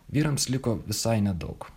vyrams liko visai nedaug